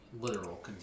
literal